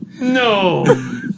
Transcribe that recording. No